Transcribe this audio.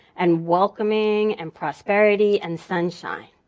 and welcoming and prosperity and sunshine.